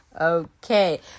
Okay